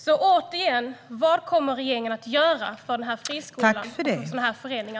Så jag frågar än en gång: Vad kommer regeringen att göra åt denna friskola och åt sådana antidemokratiska föreningar?